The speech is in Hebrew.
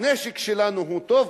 הנשק שלנו הוא טוב,